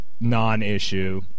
non-issue